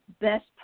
best